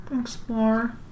explore